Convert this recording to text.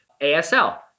ASL